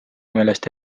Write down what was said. meelest